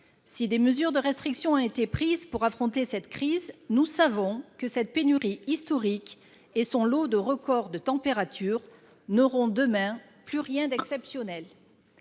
Si des mesures de restriction ont été prises pour affronter cette crise, nous savons que cette pénurie historique et son lot de records de températures n'auront demain plus rien d'exceptionnel.